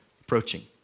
approaching